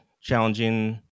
challenging